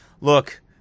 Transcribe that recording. Look